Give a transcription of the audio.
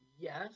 Yes